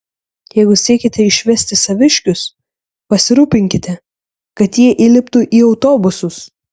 jeigu siekiate išvesti saviškius pasirūpinkite kad jie įliptų į autobusus